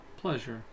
pleasure